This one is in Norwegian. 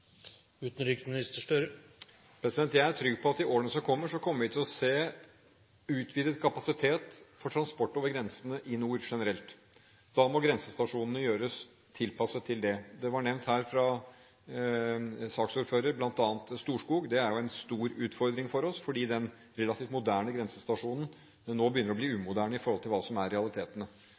Jeg er trygg på at vi i årene som kommer, vil få utvidet kapasitet for transport over grensene i nord generelt. Da må grensestasjonene tilpasses dette. Saksordføreren nevnte bl.a. Storskog, som er en stor utfordring for oss. Denne relativt moderne grensestasjonen begynner nå å bli umoderne i forhold til hva som er realitetene.